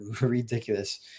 ridiculous